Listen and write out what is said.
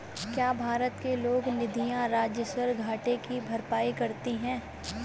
क्या भारत के लोक निधियां राजस्व घाटे की भरपाई करती हैं?